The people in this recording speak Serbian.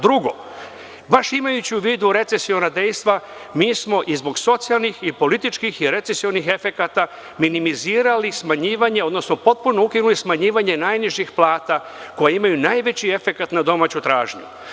Drugo, baš imajući u vidu recesiona dejstva, mi smo i zbog socijalnih i političkih i recesionih efekata minimizirali smanjivanje, odnosno potpuno ukinuli smanjivanje najnižih plata, koje imaju najveći efekat na domaću tražnju.